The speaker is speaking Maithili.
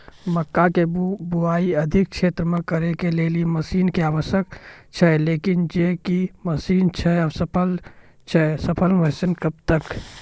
मक्का के बुआई अधिक क्षेत्र मे करे के लेली मसीन के आवश्यकता छैय लेकिन जे भी मसीन छैय असफल छैय सफल मसीन कब तक?